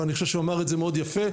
ואני חושב שהוא אמר את זה מאוד יפה,